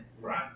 Right